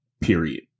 period